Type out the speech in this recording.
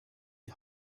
die